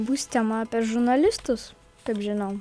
bus tema apie žurnalistus taip žinau